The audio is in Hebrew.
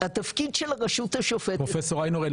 התפקיד של הרשות השופטת -- פרופסור איינהורן,